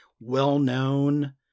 well-known